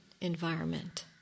environment